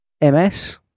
MS